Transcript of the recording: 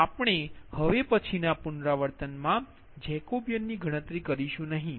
તેથી આપણે હવે પછીના પુનરાવર્તન મા જેકોબીયન ની ગણતરી કરીશું નહીં